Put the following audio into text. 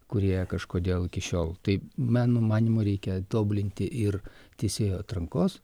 kurie kažkodėl iki šiol taip mano manymu reikia tobulinti ir teisėjų atrankos